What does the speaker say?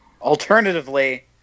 Alternatively